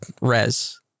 res